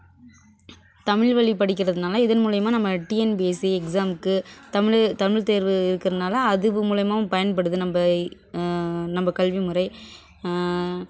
தமிழ்வழி படிக்கிறதனால இதன் மூலயமா நம்ம டிஎன்பிஎஸ்சி எக்ஸாம்க்கு தமிழ் தமிழ் தேர்வு இருக்கிறதனால அதுவும் மூலயமாவும் பயன்படுது நம்ம நம்ம கல்வி முறை